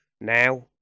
now